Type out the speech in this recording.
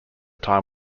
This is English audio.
time